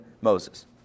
Moses